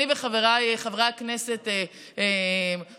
אני וחבריי חברי הכנסת פורר,